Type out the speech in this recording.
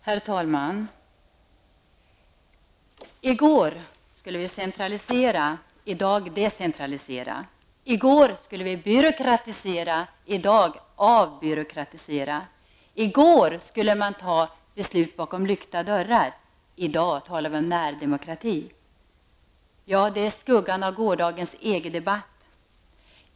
Herr talman! I går skulle vi centralisera; i dag decentralisera. I går skulle vi byråkratisera; i dag avbyråkratisera. I går skulle man ta beslut bakom lyckta dörrar; i dag talar vi om närdemokrati. Det är skuggan av gårdagens EG-debatt.